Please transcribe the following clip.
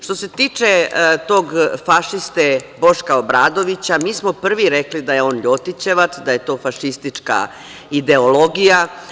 Što se tiče tog fašiste Boška Obradovića, mi smo prvi rekli da je on Ljotićevac, da je to fašistička ideologija.